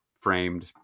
framed